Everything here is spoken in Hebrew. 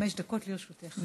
חמש דקות לרשותך.